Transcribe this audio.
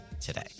today